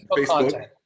Facebook